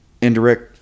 indirect